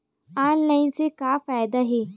Online से का फ़ायदा हे?